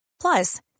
Plus